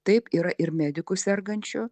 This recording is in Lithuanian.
taip yra ir medikų sergančių